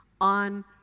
on